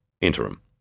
Interim